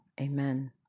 Amen